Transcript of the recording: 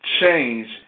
change